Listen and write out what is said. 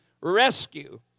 rescue